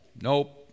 Nope